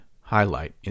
highlight